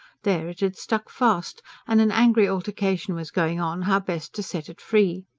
there it had stuck fast and an angry altercation was going on, how best to set it free.